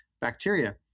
bacteria